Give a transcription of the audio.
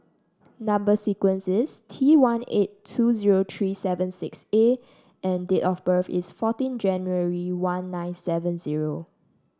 number sequence is T one eight two zero three seven six A and date of birth is fourteen January one nine seven zero